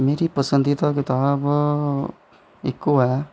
मेरी पसंदीदा कताब इक्क ओह् ऐ